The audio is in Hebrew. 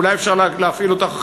את עובדת בבוקר?